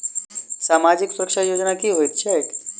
सामाजिक सुरक्षा योजना की होइत छैक?